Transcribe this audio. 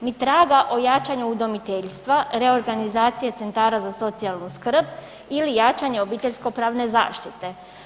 Ni traga o jačanju udomiteljstva, reorganizacije centara za socijalnu skrb ili jačanju obiteljskopravne zaštite.